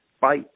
Bye